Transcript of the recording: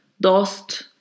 dost